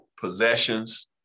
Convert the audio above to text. possessions